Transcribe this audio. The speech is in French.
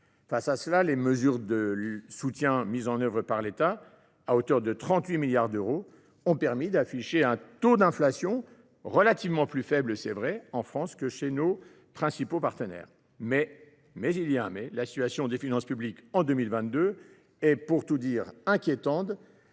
Face à cela, les mesures de soutien mises en œuvre par l’État, à hauteur de 38 milliards d’euros, ont permis d’afficher un taux d’inflation relativement plus faible en France que chez nos partenaires. Mais – car il y a un « mais »– la situation des finances publiques en 2022 est inquiétante